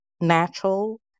natural